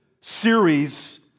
series